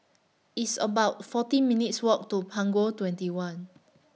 It's about fourteen minutes' Walk to Punggol twenty one